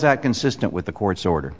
that consistent with the court's order